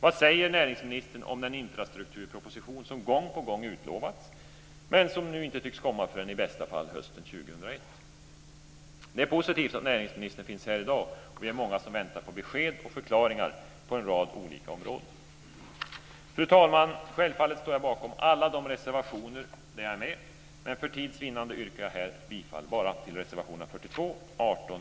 Vad säger näringsministern om den infrastrukturproposition som gång på gång utlovats men som nu inte tycks komma förrän i bästa fall hösten 2001? Det är positivt att näringsministern finns här i dag. Vi är många som väntar på besked och förklaringar på en rad olika områden. Fru talman! Självfallet står jag bakom alla de reservationer jag har skrivit under, men för tids vinnande yrkar jag här bifall bara till reservationerna 42, 18,